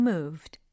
Moved